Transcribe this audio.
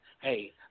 hey